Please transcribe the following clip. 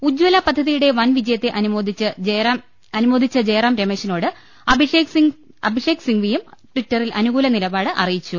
ഉജല പദ്ധതിയുടെ വൻവിജയത്തെ അനുമോദിച്ച ജയ്റാം രമേ ശിനോട് അഭിഷേക് സിംഗ്വിയും ട്വിറ്ററിൽ അനുകൂല നിലപാട് അറിയിച്ചു